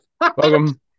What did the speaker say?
Welcome